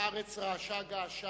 הארץ רעשה געשה